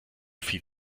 viel